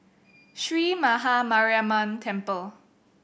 Sree Maha Mariamman Temple